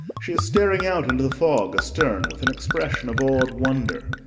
she is staring out into the fog astern with an expression of awed wonder.